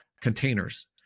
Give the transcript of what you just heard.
containers